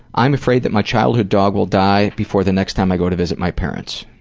i'm afraid that my childhood dog will die before the next time i go to visit my parents.